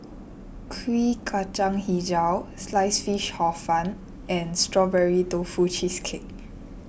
Kuih Kacang HiJau Sliced Fish Hor Fun and Strawberry Tofu Cheesecake